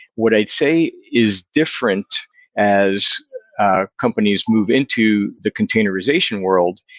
what i'd say is different as companies move into the containerization world,